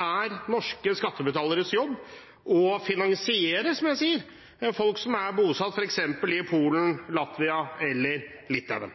er norske skattebetaleres jobb å finansiere, som jeg sier, folk som er bosatt f.eks. i Polen, Latvia eller Litauen.